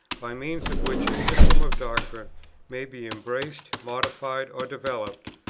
by means of which a system of doctrine may be embraced, modified, or developed,